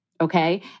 Okay